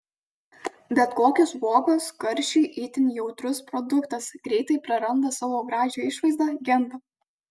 bet kokios uogos karščiui itin jautrus produktas greitai praranda savo gražią išvaizdą genda